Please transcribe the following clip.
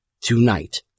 tonight